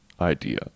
idea